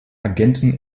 agenten